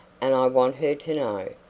and i want her to know.